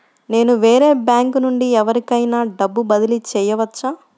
నేను వేరే బ్యాంకు నుండి ఎవరికైనా డబ్బు బదిలీ చేయవచ్చా?